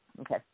Okay